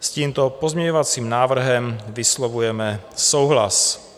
S tímto pozměňovacím návrhem vyslovujeme souhlas.